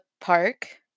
park